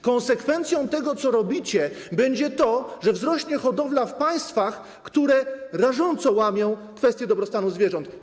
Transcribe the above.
Konsekwencją tego, co robicie, będzie to, że wzrośnie hodowla w państwach, które rażąco łamią kwestię dobrostanu zwierząt.